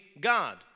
God